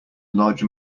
large